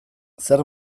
zer